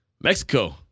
Mexico